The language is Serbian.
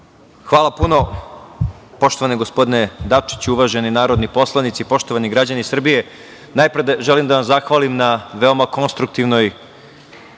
Hvala puno, poštovani gospodine Dačiću, uvaženi narodni poslanici, poštovani građani Srbije. Najpre želim da vam zahvalim na veoma konstruktivnom